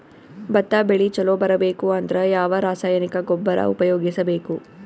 ಭತ್ತ ಬೆಳಿ ಚಲೋ ಬರಬೇಕು ಅಂದ್ರ ಯಾವ ರಾಸಾಯನಿಕ ಗೊಬ್ಬರ ಉಪಯೋಗಿಸ ಬೇಕು?